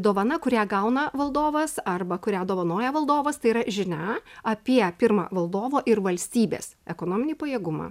dovana kurią gauna valdovas arba kurią dovanoja valdovas tai yra žinia apie pirma valdovo ir valstybės ekonominį pajėgumą